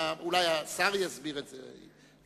אולי השר יסביר את זה,